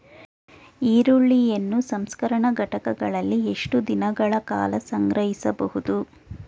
ಈರುಳ್ಳಿಯನ್ನು ಸಂಸ್ಕರಣಾ ಘಟಕಗಳಲ್ಲಿ ಎಷ್ಟು ದಿನಗಳ ಕಾಲ ಸಂಗ್ರಹಿಸಬಹುದು?